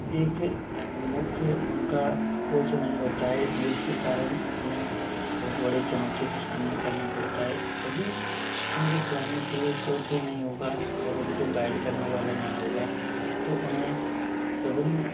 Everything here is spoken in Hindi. एक मुख्य उनका कोच नहीं होता है जिसके कारण उन्हें बहुत बड़ी चुनौती का सामना करना पड़ता है यदि उनको खिलाने के लिए कोच ही नहीं होगा और उनको गाइड करने वाला नहीं होगा तो उन्हें विभिन्न